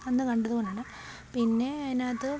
എന്ന് കണ്ടതുകൊണ്ടാണ് പിന്നെ ഇതിനാത്ത്